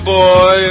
boy